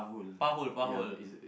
par hole par hole